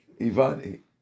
Ivan